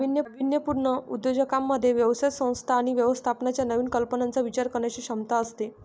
नाविन्यपूर्ण उद्योजकांमध्ये व्यवसाय संस्था आणि व्यवस्थापनाच्या नवीन कल्पनांचा विचार करण्याची क्षमता असते